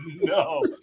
no